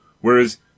Whereas